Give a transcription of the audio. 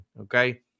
Okay